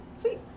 Sweet